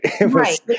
Right